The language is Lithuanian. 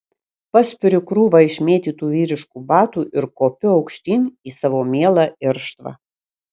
paspiriu krūvą išmėtytų vyriškų batų ir kopiu aukštyn į savo mielą irštvą